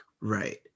right